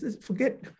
Forget